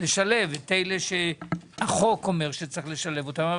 לשלב את אלה שהחוק אומר שצריך לשלב אותם.